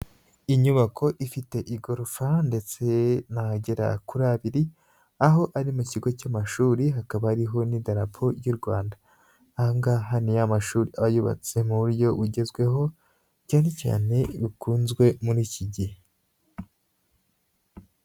Inyubako ifite igorofa ndetse anagera kuri abiri, aho ari mu kigo cy'amashuri hakaba hariho n'idarapo y'u Rwanda, ahangaha ni ya mashuri aba yubatse mu buryo bugezweho, cyane cyane bukunzwe muri iki gihe.